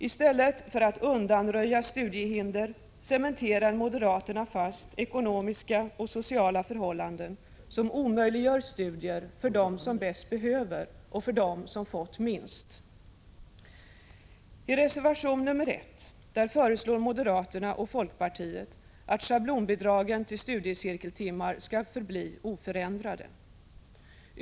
I stället för att undanröja studiehinder cementerar moderaterna fast ekonomiska och sociala förhållanden som omöjliggör studier för dem som bäst behöver studier och för dem som fått minst. I reservation nr 1 föreslår moderaterna och folkpartiet att schablonbidragen till studiecirkeltimmar skall förbli oförändrade.